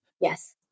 Yes